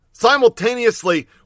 Simultaneously